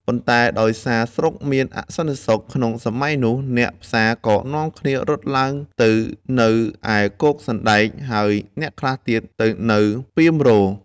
ប៉ុន្តែដោយសារស្រុកមានអសន្តិសុខក្នុងសម័យនោះ អ្នកផ្សារក៏នាំគ្នារត់ឡើងទៅនៅឯ គោកសណ្តែក ហើយខ្លះទៀតទៅនៅ ពាមរក៍។